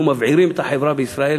אנחנו מבעירים את החברה בישראל,